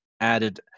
added